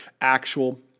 actual